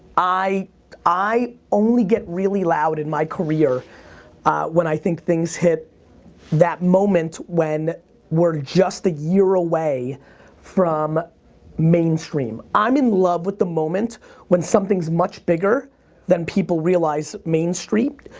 i i only get really loud in my career when i think things hit that moment when we're just a year away from mainstream. i'm in love with the moment when something's much bigger than people realize mainstream.